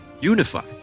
unify